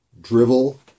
Drivel